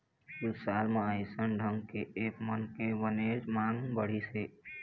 कुछ साल म अइसन ढंग के ऐप मन के बनेच मांग बढ़िस हे